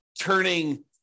turning